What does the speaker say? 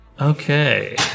Okay